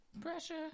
Pressure